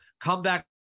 comeback